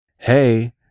Hey